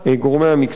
גורמי המקצוע,